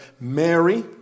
Mary